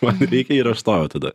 man reikia ir aš stojau tada